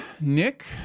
Nick